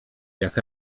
jak